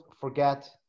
forget